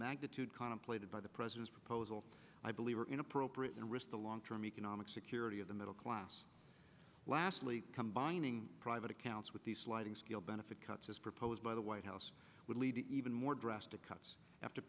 magnitude contemplated by the president's proposal i believe are inappropriate and risk the long term economic security of the middle class lastly combining private accounts with the sliding scale benefit cuts as proposed by the white house would lead to even more drastic cuts after